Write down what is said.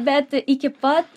bet iki pat